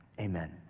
amen